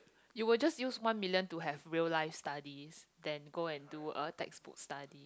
you will just use one million to have real life studies than go and do a textbook study